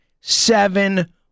seven